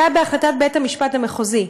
זה היה בהחלטת בית-המשפט המחוזי.